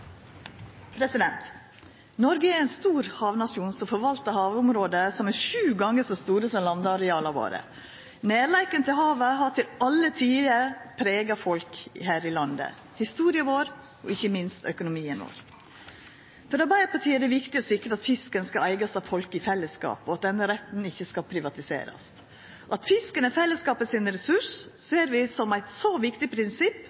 ]: Noreg er ein stor havnasjon som forvaltar havområde som er sju gonger så store som landareala våre. Nærleiken til havet har til alle tider prega folk her i landet – historia vår og ikkje minst økonomien vår. For Arbeidarpartiet er det viktig å sikra at fisken skal eigast av folk i fellesskap, og at denne retten ikkje skal privatiserast. At fisken er fellesskapet sin ressurs, ser vi som eit så viktig prinsipp